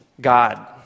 God